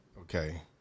Okay